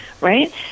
Right